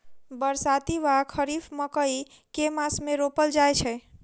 बरसाती वा खरीफ मकई केँ मास मे रोपल जाय छैय?